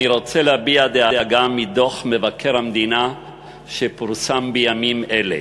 אני רוצה להביע דאגה מדוח מבקר המדינה שפורסם בימים אלה